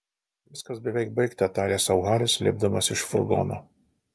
viskas beveik baigta tarė sau haris lipdamas iš furgono